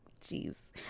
Jeez